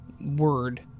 Word